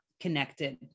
connected